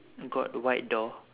got white door